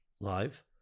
live